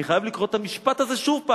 אני חייב לקרוא את המשפט הזה שוב.